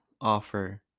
offer